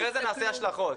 אחרי זה נעשה השלכות.